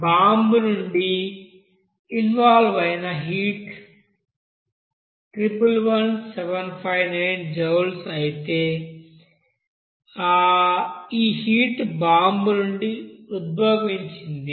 bomb నుండి evolve అయిన heat 111759 joule అయితే ఈ హీట్ బాంబు నుండి ఉద్భవించింది